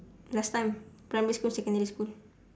last time primary school secondary school